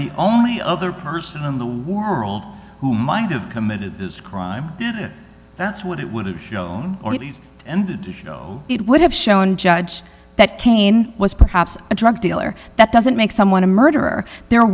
the only other person in the world who might have committed this crime that's what it would have shown and it would have shown judge that kaine was perhaps a drug dealer that doesn't make someone a murderer there